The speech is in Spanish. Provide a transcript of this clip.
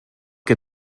que